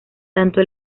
tanto